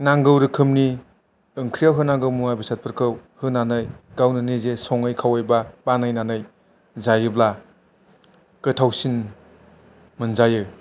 नांगौ रोखोमनि ओंख्रियाव होनांगौ मुवा बेसादफोरखौ होनानै गावनो निजे सङै खावै बा बानायनानै जायोब्ला गोथावसिन मोनजायो